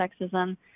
sexism